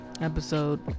Episode